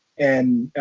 and